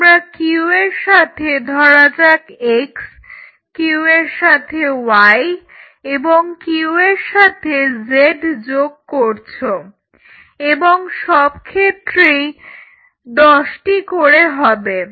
তোমরা Q এর সাথে ধরা যাক x Q এর সাথে y এবং Q এর সাথে z যোগ করছো এবং সবক্ষেত্রেই দশটি করে হবে